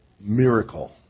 miracle